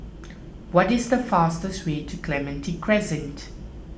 what is the fastest way to Clementi Crescent